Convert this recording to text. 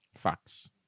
Facts